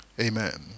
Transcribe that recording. Amen